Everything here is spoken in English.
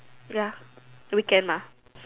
ya weekend mah